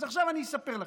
אז עכשיו אני אספר לכם.